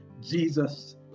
Jesus